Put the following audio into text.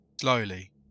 Slowly